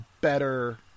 better